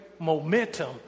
momentum